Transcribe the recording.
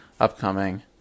upcoming